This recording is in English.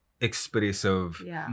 expressive